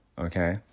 Okay